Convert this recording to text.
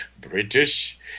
British